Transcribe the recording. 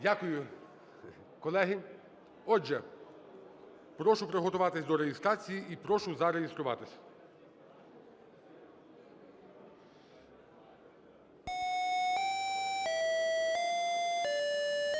Дякую. Колеги, отже, прошу приготуватись до реєстрації і прошу зареєструватись.